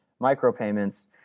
micropayments